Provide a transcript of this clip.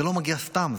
זה לא מגיע סתם,